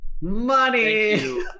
Money